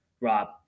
Rob